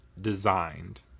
designed